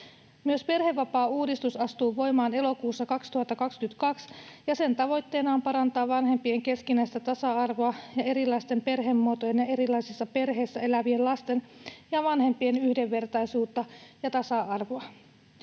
Myös perhevapaauudistus astuu voimaan elokuussa 2022, ja sen tavoitteena on parantaa vanhempien keskinäistä tasa-arvoa ja erilaisten perhemuotojen ja erilaisissa perheissä elävien lasten ja vanhempien yhdenvertaisuutta ja tasa-arvoa.